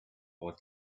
old